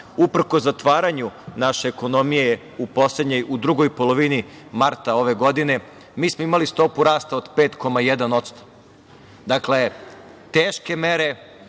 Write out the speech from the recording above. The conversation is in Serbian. uprkos zatvaranju naše ekonomije u drugoj polovini marta ove godine mi smo imali stopu rasta od 5,1%.Dakle, teške mere